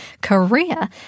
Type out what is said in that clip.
Korea